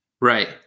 Right